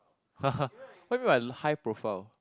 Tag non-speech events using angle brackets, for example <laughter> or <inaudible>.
<laughs> what do you mean by high profile